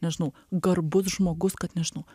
nežinau garbus žmogus kad nežinau